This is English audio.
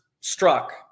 struck